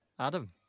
Adam